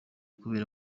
kubera